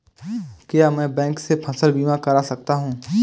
क्या मैं बैंक से फसल बीमा करा सकता हूँ?